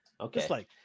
Okay